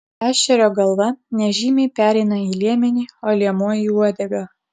ešerio galva nežymiai pereina į liemenį o liemuo į uodegą